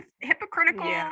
hypocritical